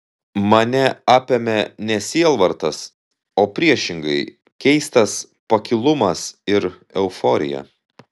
mane apėmė ne sielvartas o priešingai keistas pakilumas ir euforija